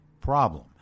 problem